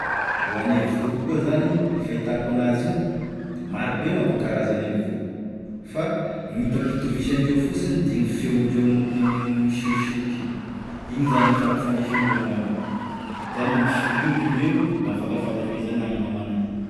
Hoagne voro koa zany, ny fahitako an'azy io, marobe manko karazane voro fa gn'itako hitovisandreo fosiny da gne feondreo mokognane misoisoiky igny, igny zany gn'ifampifandraisandreo angambany, zany hoe mifiopioky indreo da mifankafantatra hoe izanagny e namanay.